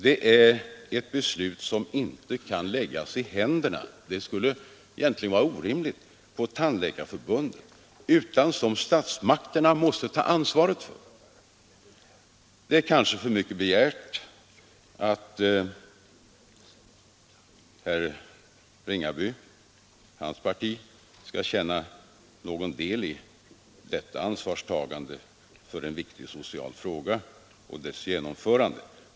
Det är ett beslut som inte kan läggas i händerna på Tandläkarförbundet — det skulle egentligen vara orimligt — utan som statsmakterna måste ta ansvaret för. Det är kanske för mycket begärt att herr Ringaby och hans parti skall känna någon del i detta ansvarstagande för en viktig social fråga och dess genomförande.